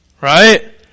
Right